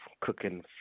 cooking